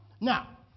Now